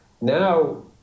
now